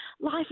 life